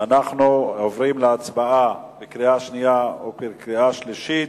אנחנו עוברים להצבעה בקריאה שנייה ובקריאה שלישית.